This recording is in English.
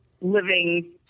living